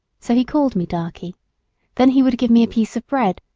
so he called me darkie then he would give me a piece of bread,